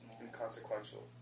Inconsequential